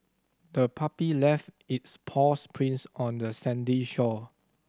the puppy left its paws prints on the sandy shore